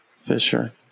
Fisher